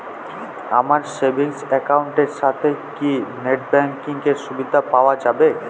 আমার savings account এর সাথে কি নেটব্যাঙ্কিং এর সুবিধা পাওয়া যাবে?